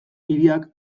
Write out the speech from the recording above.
hiriak